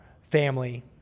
family